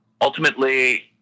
ultimately